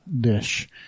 dish